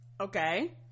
okay